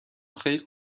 خیلی